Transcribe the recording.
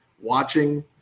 watching